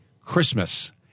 Christmas